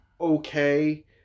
okay